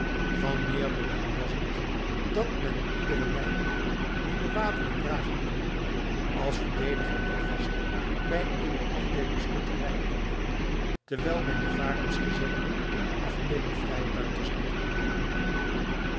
van meer belang was het dat men iederen leidenaar die de wapenen dragen kon als verdediger der veste bij eene afdeeling schutterij indeelde terwijl men de varensgezellen eene afdeeling vrijbuiters liet uitmaken